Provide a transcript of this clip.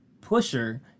pusher